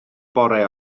bore